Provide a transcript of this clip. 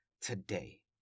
today